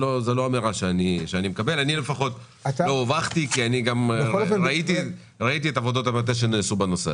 אני לא הובכתי וראיתי את עבודות המטה שנעשו.